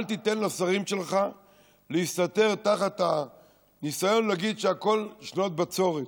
אל תיתן לשרים שלך להסתתר תחת הניסיון להגיד שהכול שנות בצורת.